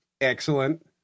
Excellent